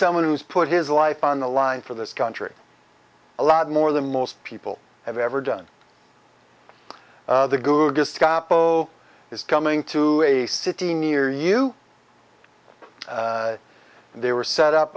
someone who's put his life on the line for this country a lot more than most people have ever done is coming to a city near you and they were set up